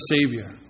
Savior